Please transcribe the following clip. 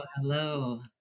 hello